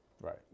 Right